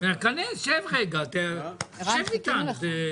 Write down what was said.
הנה יש לך פה שותפה שהייתה איתנו.